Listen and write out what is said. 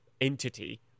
entity